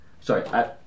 Sorry